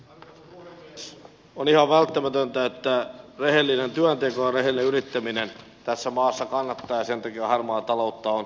on ihan välttämätöntä että rehellinen työnteko ja rehellinen yrittäminen tässä maassa kannattavat ja sen takia harmaata taloutta on saatettava kuriin